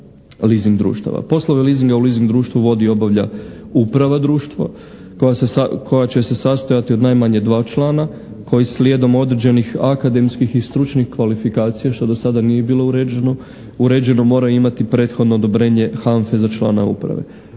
leasing društava. Poslove leasinga u leasing društvu vodi i obavlja uprava društva koja će se sastojati od najmanje dva člana koji slijedom određenih akademskih i stručnih kvalifikacija što do sada nije bilo uređeno, mora imati prethodno odobrenje HANFA-e za člana uprave.